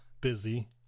busy